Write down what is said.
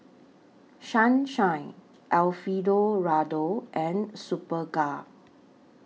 Sunshine Alfio Raldo and Superga